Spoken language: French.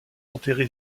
enterré